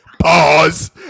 Pause